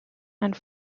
and